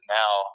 now